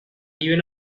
even